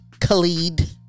Khalid